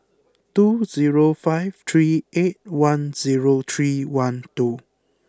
two zero five three eight one zero three one two